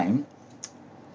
time